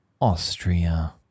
Austria